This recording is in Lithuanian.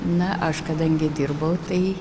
na aš kadangi dirbau tai